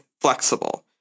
flexible